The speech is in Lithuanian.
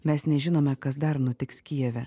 mes nežinome kas dar nutiks kijeve